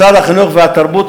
משרד החינוך והתרבות,